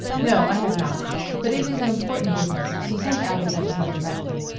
no, i have not but it is an important business, so send agatha to her directly.